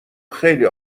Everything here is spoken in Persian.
خیلی